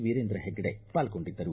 ವೀರೇಂದ್ರ ಹೆಗ್ಗಡೆ ಪಾಲ್ಗೊಂಡಿದ್ದರು